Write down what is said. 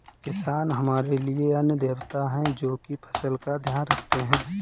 किसान हमारे लिए अन्न देवता है, जो की फसल का ध्यान रखते है